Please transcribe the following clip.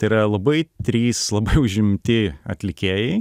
tai yra labai trys labai užimti atlikėjai